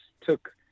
took